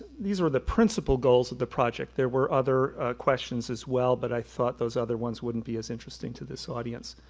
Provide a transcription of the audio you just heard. these were the principle goals of the project. there were other questions as well, but i thought those other ones wouldn't be as interesting to this audience.